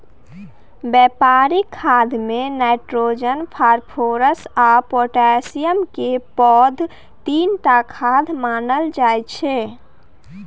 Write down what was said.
बेपारिक खादमे nitrogen, phosphorus आ पोटाशियमकेँ पैघ तीनटा खाद मानल जाइ छै